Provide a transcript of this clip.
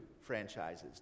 franchises